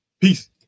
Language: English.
Peace